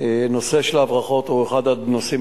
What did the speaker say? הנושא של ההברחות הוא אחד הנושאים